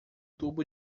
tubo